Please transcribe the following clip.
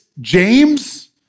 James